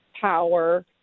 power